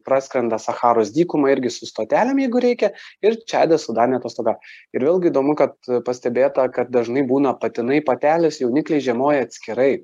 praskrenda sacharos dykumą irgi su stotelėm jeigu reikia ir čade sudane atostogauja ir vėlgi įdomu kad pastebėta kad dažnai būna patinai patelės jaunikliai žiemoja atskirai